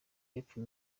y’epfo